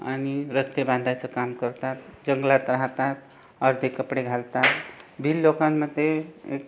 आणि रस्ते बांधायचं काम करतात जंगलात राहतात अर्धे कपडे घालतात भिल्ल लोकांमध्ये एक